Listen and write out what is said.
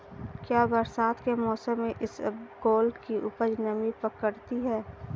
क्या बरसात के मौसम में इसबगोल की उपज नमी पकड़ती है?